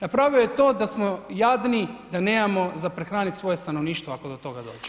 Napravio je to da smo jadni, da nemamo za prehranit svoje stanovništvo ako do toga dođe.